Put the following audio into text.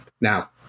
Now